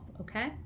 okay